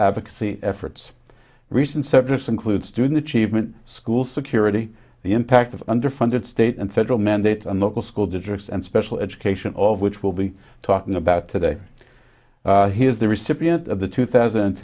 advocacy efforts recent surplus include student achievement school security the impact of underfunded state and federal mandates on local school districts and special education all of which will be talking about today is the recipient of the two thousand